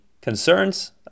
concerns